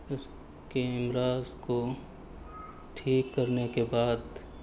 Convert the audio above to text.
اس کے امراض کو ٹھیک کرنے کے بعد